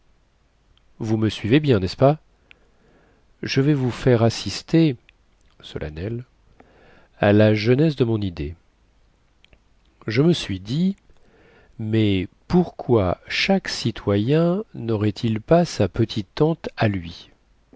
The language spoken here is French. vous me suivez bien nest ce pas je vais vous faire assister solennel à la genèse de mon idée je me suis dit mais pourquoi chaque citoyen naurait il pas sa petite tente à lui